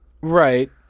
right